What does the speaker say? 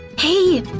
hey!